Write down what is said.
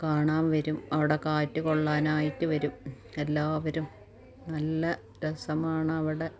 കാണാൻ വരും അവിടെ കാറ്റ് കൊള്ളാനായിട്ട് വരും എല്ലാവരും നല്ല രാസമാണ് അവിടെ